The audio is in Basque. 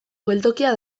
geltokia